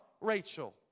Rachel